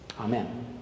Amen